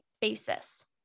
basis